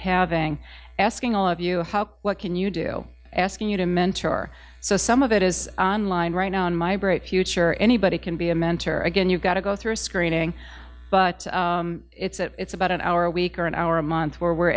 having asking all of you how what can you do asking you to mentor so some of it is on line right now in my bright future anybody can be a mentor again you've got to go through a screening but it's about an hour a week or an hour a month where we're